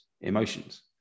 emotions